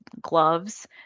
Gloves